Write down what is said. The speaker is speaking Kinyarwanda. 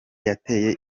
yateye